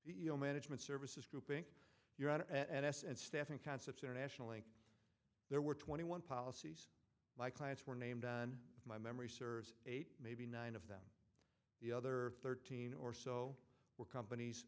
you know management services group inc your r and s and staffing concepts international inc there were twenty one policies my clients were named if my memory serves eight maybe nine of them the other thirteen or so were companies